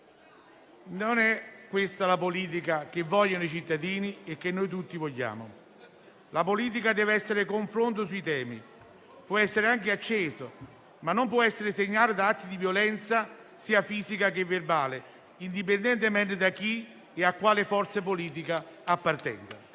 Non è questa la politica che vogliono i cittadini e che noi tutti vogliamo. La politica deve essere confronto sui temi, che può essere anche acceso, ma non può essere segnato da atti di violenza, sia fisica che verbale, indipendentemente da chi e a quale forza politica appartenga.